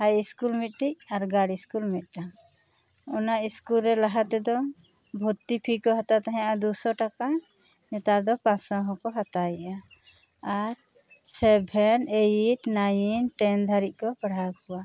ᱦᱟᱭ school ᱢᱤᱫᱴᱤᱡ ᱟᱨ girls school ᱢᱤᱫᱴᱟᱝ ᱚᱱᱟ ᱤᱥᱠᱩᱞ ᱨᱮ ᱞᱟᱦᱟ ᱛᱮᱫᱚ ᱵᱷᱩᱨᱛᱤ ᱯᱷᱤᱥ ᱠᱚ ᱦᱟᱛᱟᱣ ᱮᱫ ᱛᱟᱦᱮᱱᱟ ᱫᱩᱥᱚ ᱴᱟᱠᱟ ᱱᱮᱛᱟᱨ ᱫᱚ ᱯᱟᱸ ᱥᱚ ᱦᱚᱠᱚᱸ ᱦᱟᱛᱟᱣ ᱮᱜᱼᱟ ᱟᱨ ᱥᱮᱵᱷᱮᱱ ᱮᱭᱤᱴ ᱱᱟᱭᱤᱱ ᱴᱮᱱ ᱫᱷᱟᱹᱨᱤᱡ ᱠᱚ ᱯᱟᱲᱦᱟᱣ ᱠᱚᱣᱟ